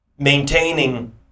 Maintaining